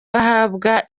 bahabwa